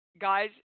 guys